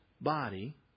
body